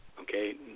Okay